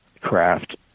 craft